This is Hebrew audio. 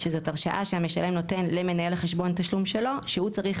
שזו הרשאה שהמשלם נותן למנהל החשבון תשלום שלו שהוא צריך